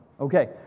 Okay